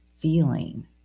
feeling